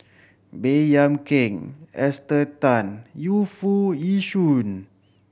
Baey Yam Keng Esther Tan Yu Foo Yee Shoon